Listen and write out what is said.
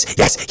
yes